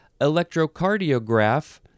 electrocardiograph